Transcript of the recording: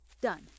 Done